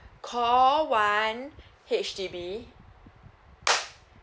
call one H_D_B